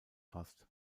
fast